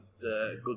good